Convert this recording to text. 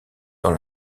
dans